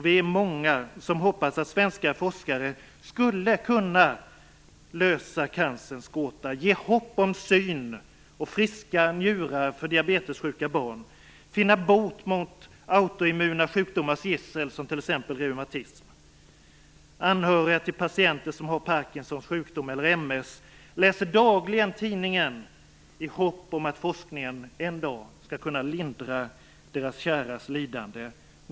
Vi är många som hoppas att svenska forskare skulle kunna lösa cancerns gåta, ge hopp om syn och friska njurar hos diabetessjuka barn, finna bot mot autoimmuna sjukdomars gissel såsom t.ex. reumatism. Anhöriga till patienter som har Parkinsons sjukdom eller MS läser dagligen tidningen i hopp om att forskningen en dag skall kunna lindra deras käras lidande.